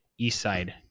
Eastside